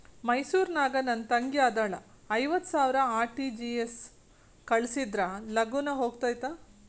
ಮೈಸೂರ್ ನಾಗ ನನ್ ತಂಗಿ ಅದಾಳ ಐವತ್ ಸಾವಿರ ಆರ್.ಟಿ.ಜಿ.ಎಸ್ ಕಳ್ಸಿದ್ರಾ ಲಗೂನ ಹೋಗತೈತ?